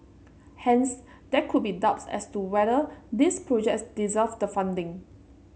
hence there could be doubts as to whether these projects deserved the funding